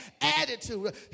attitude